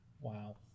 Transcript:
Wow